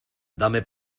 dame